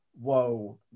whoa